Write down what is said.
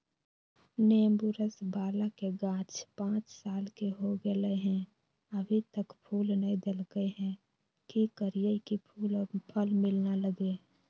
नेंबू रस बाला के गाछ पांच साल के हो गेलै हैं अभी तक फूल नय देलके है, की करियय की फूल और फल मिलना लगे?